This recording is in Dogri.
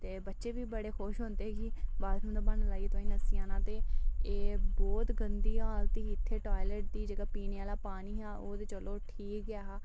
ते बच्चे बी बड़े खुश होई जंदे हे कि बाथरूम दा ब्हाना लाइयै उत्थें नस्सी जाना ते एह् बहुत गंदी हालत ही उत्थें टॉयलेट दी ते जेह्ड़ा पीने आह्ला पानी हा ओह् ते चलो ठीक हा